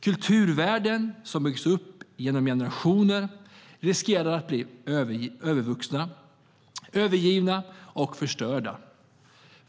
Kulturvärden som byggts upp genom generationer riskerar att bli övervuxna, övergivna och förstörda.